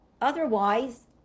otherwise